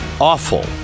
awful